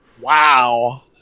Wow